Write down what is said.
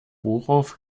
worauf